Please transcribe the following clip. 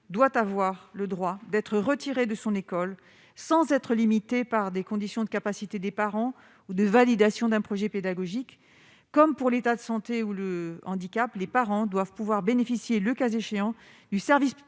doit avoir le droit d'être retiré de son école sans être limité par des conditions de capacité des parents ou de validation d'un projet pédagogique comme pour l'état de santé ou le handicap, les parents doivent pouvoir bénéficier, le cas échéant, du service